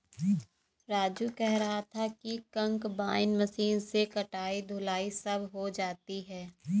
राजू कह रहा था कि कंबाइन मशीन से कटाई धुलाई सब हो जाती है